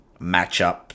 matchup